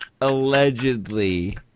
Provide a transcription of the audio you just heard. allegedly